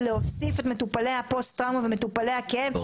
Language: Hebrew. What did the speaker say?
ולהוסיף את מטופלי הפוסט טראומה ומטופלי הכאב,